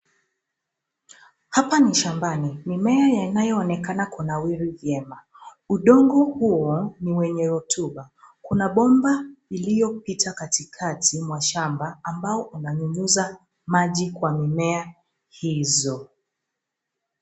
Hapa ni shambani. Mimea inayoonekana kunawiri vyema. Udongo huo mwenye rotuba kuna bomba iliyopita katikati mwa shamba ambayo inanyunyuza maji katika mimea hizo.